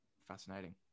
fascinating